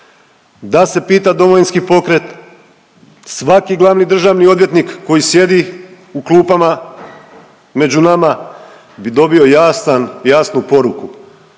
Da se pita Domovinski pokret svaki glavni državni odvjetnik koji sjedi u klupama među nama bi dobio jasan, jasnu poruku.